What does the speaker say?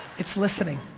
it's listening.